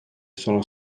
sono